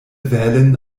wählen